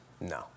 No